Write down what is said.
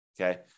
okay